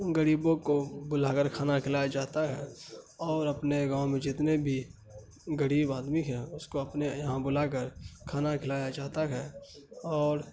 غریبوں کو بلا کر کھانا کھلایا جاتا ہے اور اپنے گاؤں میں جتنے بھی غریب آدمی ہیں اس کو اپنے یہاں بلا کر کھانا کھلایا جاتا ہے اور